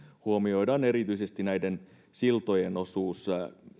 huomioidaan erityisesti siltojen osuus